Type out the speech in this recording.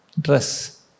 dress